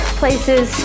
places